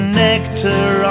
nectar